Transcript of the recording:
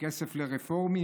כסף לרפורמים,